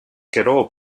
gero